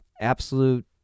absolute